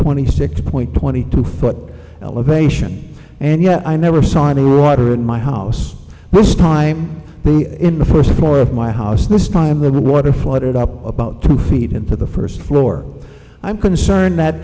twenty six point twenty two foot elevation and yet i never saw any water in my house this time be in the first floor of my house this time when the water flooded up about two feet into the first floor i'm concerned that